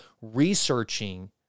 researching